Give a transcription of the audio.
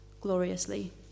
gloriously